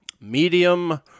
Medium